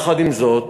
עם זאת,